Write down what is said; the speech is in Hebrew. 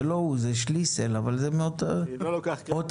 אז